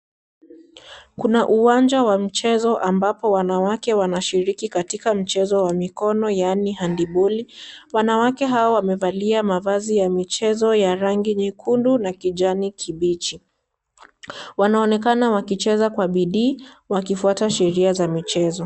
Kuna uwanja wa mchezo ambapo wanawake wanashiriki katika mchezo wa mikono yaani handiboli, wanawake hawa wamevalia mavazi ya michezo ya rangi nyekundu na kijani kibichi, wanaonekana wakichea kwa bidii, wakifuata sheria za michezo.